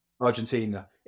Argentina